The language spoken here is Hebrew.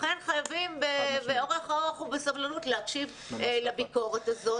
לכן חייבים באורך רוח ובסבלנות להקשיב לביקורת הזאת.